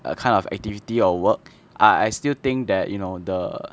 err kind of activity or work I I still think that you know the